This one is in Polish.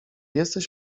jesteś